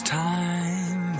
time